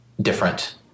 different